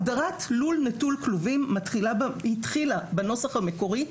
הגדרת לול נטול כלובים התחילה בנוסח המקורי במילים: